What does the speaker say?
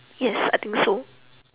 yes I think so